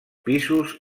pisos